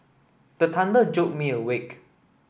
the thunder jolt me awake